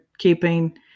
Keeping